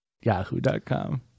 yahoo.com